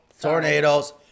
tornadoes